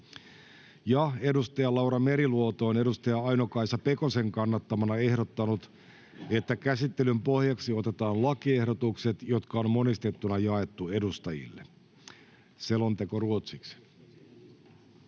Ja edustaja Laura Meriluoto on edustaja Aino-Kaisa Pekosen kannattamana ehdottanut, että käsittelyn pohjaksi otetaan lakiehdotukset, jotka on monistettuna jaettu edustajille. (Pöytäkirjan